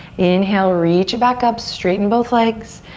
inhale, reach it back up, straighten both legs.